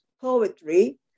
poetry